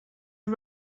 are